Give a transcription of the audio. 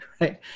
Right